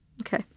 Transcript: Okay